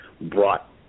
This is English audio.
brought